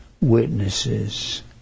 witnesses